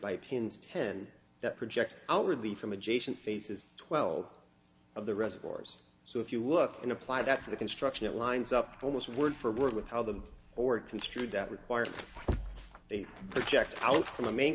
by pins ten the project outwardly from adjacent faces twelve of the reservoirs so if you look in apply that to the construction it lines up almost word for word with how them or construed that requires they are checked out from the main